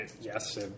Yes